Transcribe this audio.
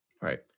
Right